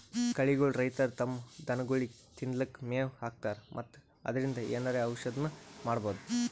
ಕಳಿಗೋಳ್ ರೈತರ್ ತಮ್ಮ್ ದನಗೋಳಿಗ್ ತಿನ್ಲಿಕ್ಕ್ ಮೆವ್ ಹಾಕ್ತರ್ ಮತ್ತ್ ಅದ್ರಿನ್ದ್ ಏನರೆ ಔಷದ್ನು ಮಾಡ್ಬಹುದ್